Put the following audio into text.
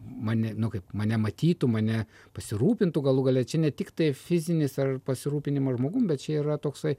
mane nu kaip mane matytų mane pasirūpintų galų gale čia ne tiktai fizinis ar pasirūpinimo žmogum bet čia yra toksai